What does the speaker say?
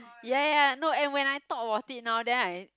ya ya no and when I talk about it now then I